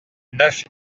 neuf